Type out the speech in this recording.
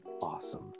awesome